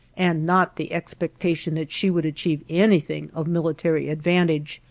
and not the expectation that she would achieve anything of military advantage,